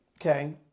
okay